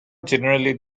generally